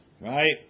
right